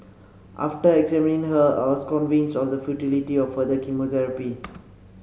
after examining her I was convinced of the futility of further chemotherapy